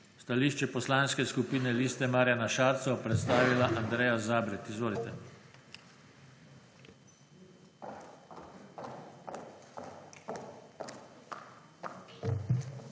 Stališče poslanske skupine LMŠ bo predstavila Andreja Zabret. Izvolite.